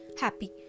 happy